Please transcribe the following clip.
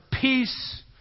peace